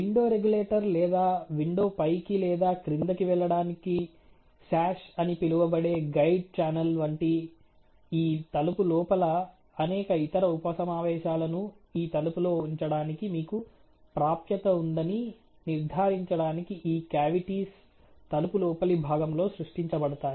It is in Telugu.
విండో రెగ్యులేటర్ లేదా విండో పైకి లేదా క్రిందకి వెళ్ళడానికి సాష్ అని పిలువబడే గైడ్ ఛానల్ వంటి ఈ తలుపు లోపల అనేక ఇతర ఉప సమావేశాలను ఈ తలుపులో ఉంచడానికి మీకు ప్రాప్యత ఉందని నిర్ధారించడానికి ఈ కావిటీస్ తలుపు లోపలి భాగంలో సృష్టించబడతాయి